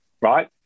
right